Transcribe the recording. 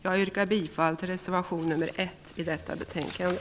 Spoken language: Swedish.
Jag yrkar bifall till reservation nr 1 i detta betänkande.